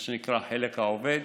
מה שנקרא "חלק העובד".